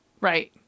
Right